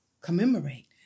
commemorate